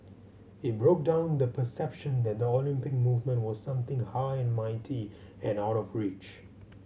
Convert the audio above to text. it broke down the perception that the Olympic movement was something high and mighty and out of reach